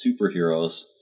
superheroes